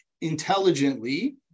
intelligently